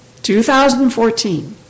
2014